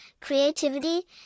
creativity